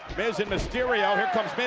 miz and mysterio, here comes miz,